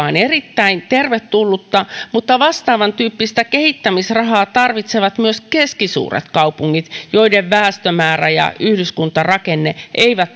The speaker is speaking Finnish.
on erittäin tervetullutta mutta vastaavantyyppistä kehittämisrahaa tarvitsevat myös keskisuuret kaupungit joiden väestömäärä ja yhdyskuntarakenne eivät